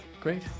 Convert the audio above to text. Great